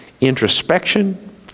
introspection